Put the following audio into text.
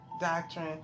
doctrine